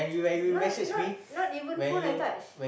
not not not even phone I touch